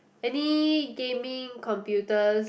any gaming computers